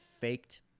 faked